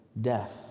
death